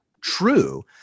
true